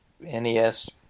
NES